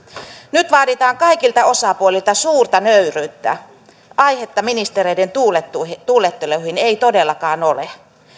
nyt vaaditaan kaikilta osapuolilta suurta nöyryyttä aihetta ministereiden tuuletteluihin tuuletteluihin ei todellakaan ole